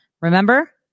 Remember